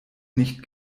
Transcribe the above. nicht